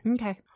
Okay